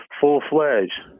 full-fledged